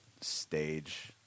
stage